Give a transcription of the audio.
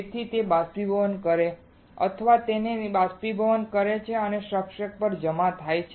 તેથી કે તે બાષ્પીભવન કરે છે અથવા તે તેને બાષ્પીભવન કરે છે અને સબસ્ટ્રેટ પર જમા થાય છે